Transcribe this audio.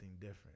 different